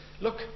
Look